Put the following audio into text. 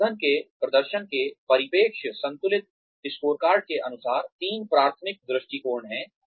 प्रबंधन के प्रदर्शन के परिप्रेक्ष्य संतुलित स्कोरकार्ड के अनुसार तीन प्राथमिक दृष्टिकोण हैं